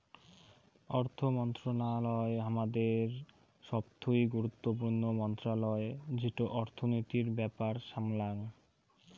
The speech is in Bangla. অর্থ মন্ত্রণালয় হামাদের সবথুই গুরুত্বপূর্ণ মন্ত্রণালয় যেটো অর্থনীতির ব্যাপার সামলাঙ